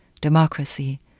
democracy